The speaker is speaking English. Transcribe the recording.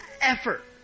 effort